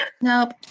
Nope